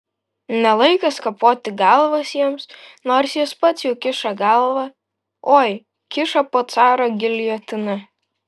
ne laikas kapoti galvas jiems nors jis pats jau kiša galvą oi kiša po caro giljotina